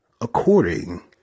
according